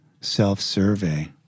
self-survey